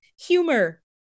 humor